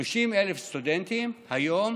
30,000 סטודנטים היום